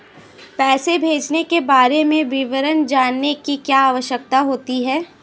पैसे भेजने के बारे में विवरण जानने की क्या आवश्यकता होती है?